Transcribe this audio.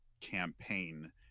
campaign